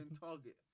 target